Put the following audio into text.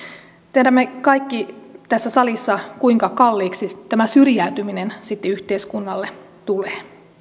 tiedämme kaikki tässä salissa kuinka kalliiksi tämä syrjäytyminen sitten yhteiskunnalle tulee